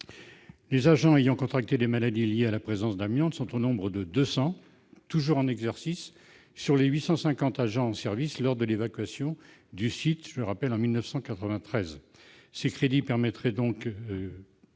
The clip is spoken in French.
Les agents ayant contracté des maladies liées à la présence d'amiante sont au nombre de 200, toujours en exercice, sur les 850 agents en service lors de l'évacuation du site en 1993. Ces crédits permettront